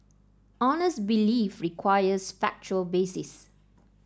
honest belief requires factual basis